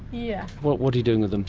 yeah what what are you doing with them?